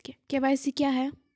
KYC क्या हैं?